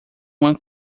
uma